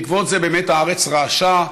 בעקבות זה, באמת הארץ רעשה.